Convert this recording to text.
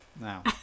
Now